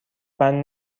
بند